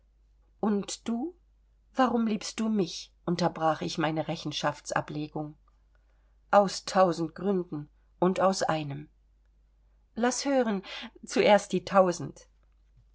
und du warum liebst du mich unterbrach ich meine rechenschaftsablegung aus tausend gründen und aus einem laß hören zuerst die tausend